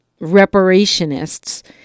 reparationists